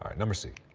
um number c.